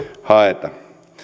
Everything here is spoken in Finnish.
haeta